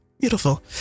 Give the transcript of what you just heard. beautiful